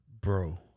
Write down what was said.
Bro